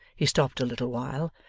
he stopped a little while,